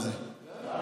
איתכם.